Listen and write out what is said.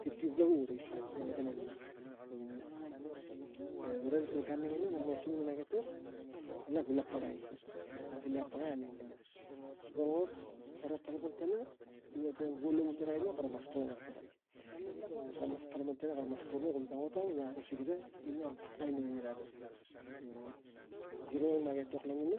Tiptip gura lavuu gi sang lo matana lui e gara lo pan gan gara langina nak pisingi tang etok e nak vila pagai i nak vila pagai i pana so tang ot kara kalapang tana ina tang vua lava tara aino e kara mas tena ataktak gi kara mas kalapang ttana e rik pisingi ina aino alu. E giro e nak etok langina